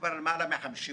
כבר למעלה מ-50 שנה.